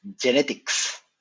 genetics